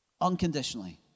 unconditionally